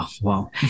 wow